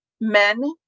men